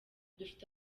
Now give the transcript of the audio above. dufite